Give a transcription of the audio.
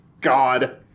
God